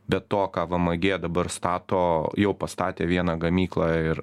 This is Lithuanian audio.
be to ką vm gie dabar stato jau pastatė vieną gamyklą ir